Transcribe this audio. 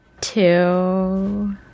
two